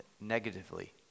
negatively